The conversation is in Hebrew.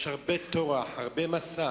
יש הרבה טורח, הרבה משא.